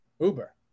Uber